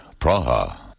Praha